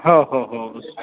हो हो हो हो